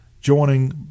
joining